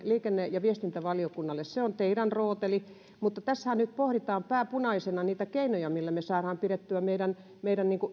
liikenne ja viestintävaliokunnalle se on teidän rootelinne mutta tässähän nyt pohditaan pää punaisena niitä keinoja millä me saamme pidettyä meidän meidän